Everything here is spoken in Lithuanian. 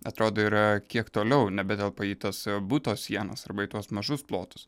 atrodo yra kiek toliau nebetelpa į tas buto sienas arba į tuos mažus plotus